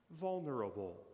vulnerable